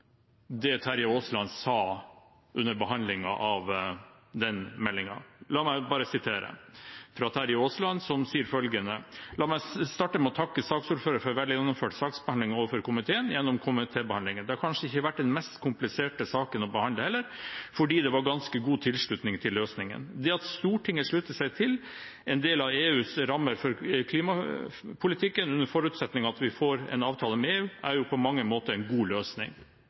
det Terje Aasland sa under behandlingen av den meldingen. La meg bare sitere Terje Aasland, som sier følgende: «La meg starte med å takke saksordføreren for vel gjennomført sakshandsaming overfor komiteen, gjennom komitébehandlingen. Det har kanskje ikke vært den mest kompliserte saken å behandle heller, fordi det var ganske god tilslutning til løsningen. Det at Stortinget slutter seg til en del av EUs rammer for klimapolitikken under forutsetning av at vi får en avtale med EU, er jo på mange måter en god løsning.»